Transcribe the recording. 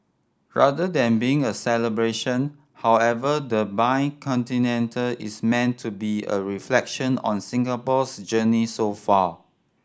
rather than being a celebration however the is meant to be a reflection on Singapore's journey so far